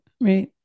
right